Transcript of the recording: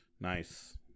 Nice